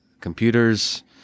computers